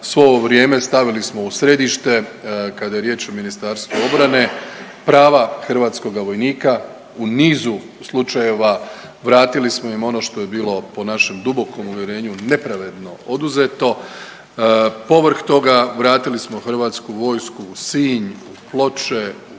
svo ovo vrijeme stavili smo u središte. Kada je riječ o Ministarstvu obrane prava hrvatskoga vojnika u nizu slučajeva vratili smo im ono što je bilo po našem dubokom uvjerenju nepravedno oduzeto. Povrh toga vratili smo Hrvatsku vojsku Sinj, Ploče,